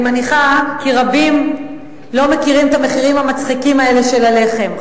אני מניחה כי רבים לא מכירים את המחירים ה"מצחיקים" האלה של הלחם,